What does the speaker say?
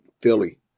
Philly